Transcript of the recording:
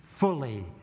fully